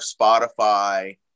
Spotify